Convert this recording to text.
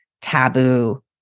taboo